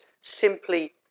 Simply